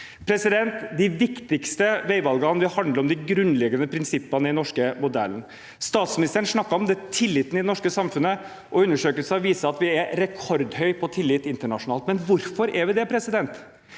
svar. De viktigste veivalgene handler om de grunnleggende prinsippene i den norske modellen. Statsministeren snakket om tilliten i det norske samfunnet. Undersøkelser viser at vi har rekordhøy tillit internasjonalt. Hvorfor har vi det? Det